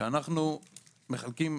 שאנחנו מחלקים,